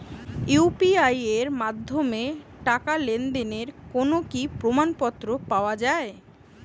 UPI এর মাধ্যমে টাকা লেনদেনের কোন কি প্রমাণপত্র পাওয়া য়ায়?